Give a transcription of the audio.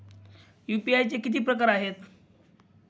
UPI चे किती प्रकार आहेत?